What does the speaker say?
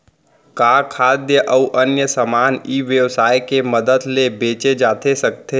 का खाद्य अऊ अन्य समान ई व्यवसाय के मदद ले बेचे जाथे सकथे?